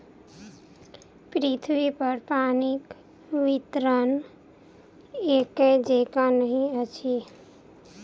पृथ्वीपर पानिक वितरण एकै जेंका नहि अछि